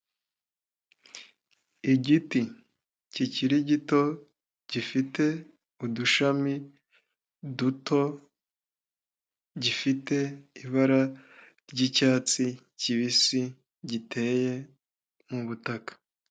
Igiti kikiri gito gifite udushami duto, gifite ibara ry'icyatsi kibisi giteye mu butaka.